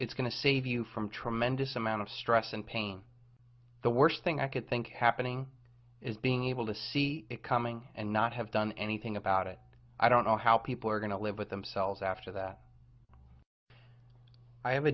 it's going to save you from tremendous amount of stress and pain the worst thing i could think happening is being able to see it coming and not have done anything about it i don't know how people are going to live with themselves after that i have a